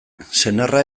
senarra